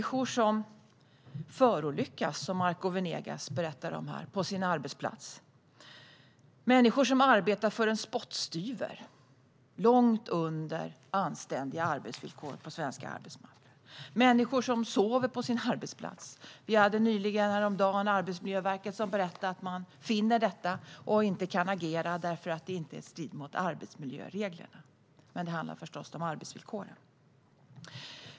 Som Marco Venegas berättade förolyckas människor på sin arbetsplats. Människor arbetar för en spottstyver långt under anständiga arbetsvillkor på den svenska arbetsmarknaden. Människor sover på sin arbetsplats. Häromdagen berättade Arbetsmiljöverket att man finner sådant och inte kan agera därför att det inte strider mot arbetsmiljöreglerna. Men det handlar förstås om arbetsvillkoren.